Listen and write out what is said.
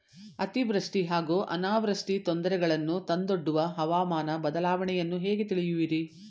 ಅತಿವೃಷ್ಟಿ ಹಾಗೂ ಅನಾವೃಷ್ಟಿ ತೊಂದರೆಗಳನ್ನು ತಂದೊಡ್ಡುವ ಹವಾಮಾನ ಬದಲಾವಣೆಯನ್ನು ಹೇಗೆ ತಿಳಿಯುವಿರಿ?